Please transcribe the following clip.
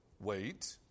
Wait